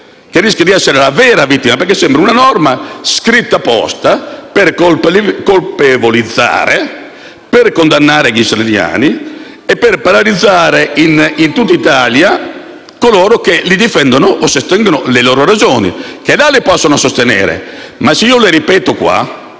che rischia di essere la vera vittima, perché la norma sembra scritta apposta per colpevolizzare e condannare gli israeliani e paralizzare in tutta Italia coloro che li difendono o sostengono le loro ragioni. Là le possono sostenere, ma se io le ripeto qua